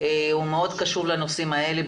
מאוד קשור לנושאים האלה.